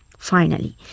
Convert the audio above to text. finally,